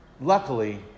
Luckily